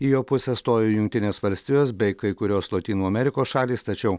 į jo pusę stojo jungtinės valstijos bei kai kurios lotynų amerikos šalys tačiau